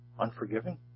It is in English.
Unforgiving